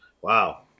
Wow